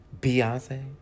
Beyonce